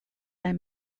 their